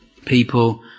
people